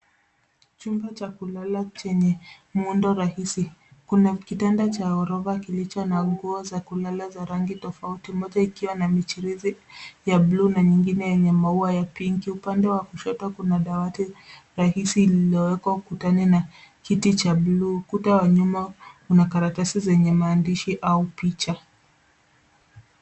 Chumba cha kulala chenye muundo rahisi. Kuna kitanda cha ghorofa kilicho na nguo za kulala za rangi tofauti. moja ikiwa na michirizi bluuna nyingine yenye maua ya pinki. Upande wa kushoto kuna dawati rahisi lililowekwa ukutani ns kiti cha nluu. Ukuta wa nyuma kuna karatasi zenye maandishi au picha.